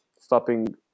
stopping